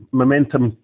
momentum